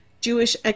Jewish